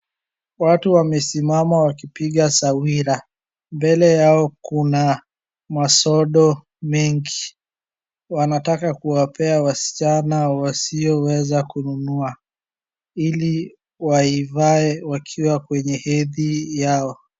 Watu wamesimama wakipiga sawira. Mbele yao kuna masodo mengi. Wanataka kuwapea wasichana wasioweza kununua ili waivae wakiwa kwenye hedhi yao.